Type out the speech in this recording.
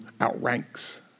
outranks